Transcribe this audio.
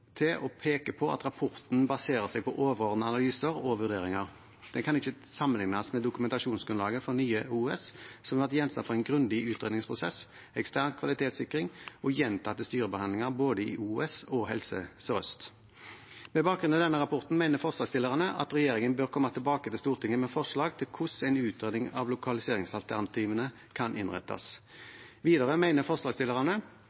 til og peker på at rapporten baserer seg på overordnede analyser og vurderinger. Den kan ikke sammenlignes med dokumentasjonsgrunnlaget for Nye OUS, som har vært gjenstand for en grundig utredningsprosess, ekstern kvalitetssikring og gjentatte styrebehandlinger både i OUS og i Helse Sør-Øst. Med bakgrunn i denne rapporten mener forslagsstillerne at regjeringen bør komme tilbake til Stortinget med forslag til hvordan en utredning av lokaliseringsalternativene kan